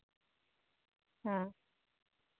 ᱦᱮᱸ